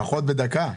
לפחות בדקה.